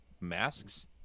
masks